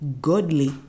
godly